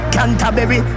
Canterbury